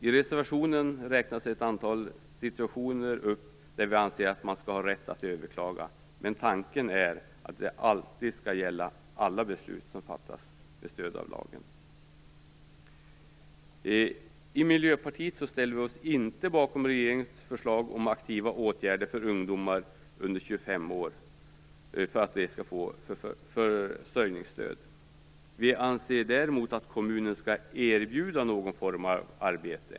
I reservationen räknas ett antal situationer upp där vi anser att man skall ha rätt att överklaga, men tanken är att det skall gälla alla beslut som fattas med stöd av lagen. Vi i Miljöpartiet ställer oss inte bakom regeringens förslag om aktiva åtgärder för att ungdomar under 25 år skall få försörjningsstöd. Vi anser däremot att kommunen skall erbjuda någon form av arbete.